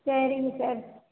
சரிங்க சார்